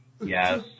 Yes